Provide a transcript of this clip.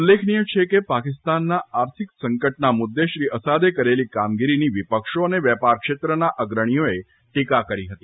ઉલ્લેખનીય છે કે પાકિસ્તાનના આર્થિક સંકટ ના મુદ્દે શ્રી અસાદે કરેલી કામગીરીની વિપક્ષો અને વેપાર ક્ષેત્રના અગ્રણીઓ એ ટીકા કરી હતી